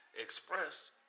expressed